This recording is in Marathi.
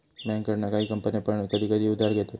बँकेकडना काही कंपने पण कधी कधी उधार घेतत